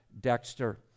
Dexter